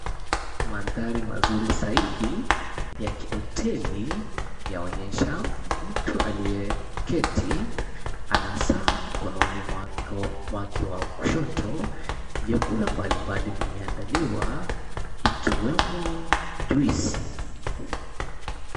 Mandari mazuri zaidi, ya kihoteli yaonyesha mtu aliyeketi, ana saa mkononi mwake mwake wa kushoto. Vyakula mbalimbali vimeandaliwa, ikiwemo juice .